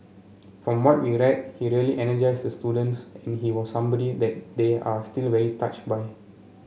from what we read he really energised the students and he was somebody that they are still very touched by